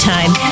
Time